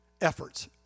efforts